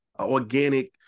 organic